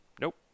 Nope